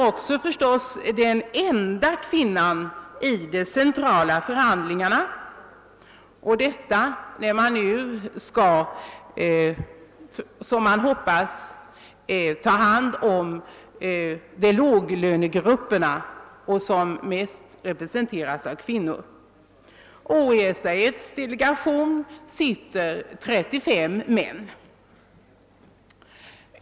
Hon blir givetvis den enda kvinnan i de centrala förhandlingarna, och detta när man nu skall, så som man hoppas på allvar, ta itu med förhållandena inom låglönegrupperna, där kvinnorna utgör flertalet. I SAF:s delegation sitter 35 män!